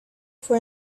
for